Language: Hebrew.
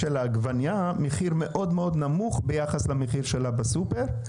העגבנייה מאוד מאוד נמוך ביחס למחיר שלה בסופר.